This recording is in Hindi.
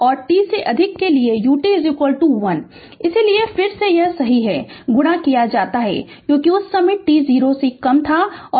और t से अधिक के लिए ut १ इसलिए फिर से यह सही है गुणा किया जाता है क्योंकि उस समय t 0 से कम स्विच खुला था